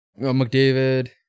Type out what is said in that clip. McDavid